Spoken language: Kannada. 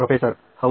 ಪ್ರೊಫೆಸರ್ ಹೌದು